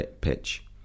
pitch